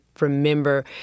remember